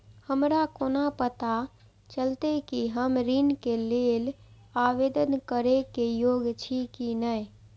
हमरा कोना पताा चलते कि हम ऋण के लेल आवेदन करे के योग्य छी की ने?